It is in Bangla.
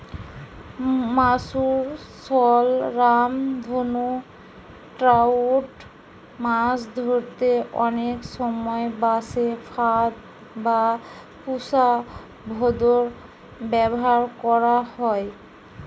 মাগুর, শল, রামধনু ট্রাউট মাছ ধরতে অনেক সময় বাঁশে ফাঁদ বা পুশা ভোঁদড় ব্যাভার করা হয়